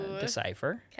decipher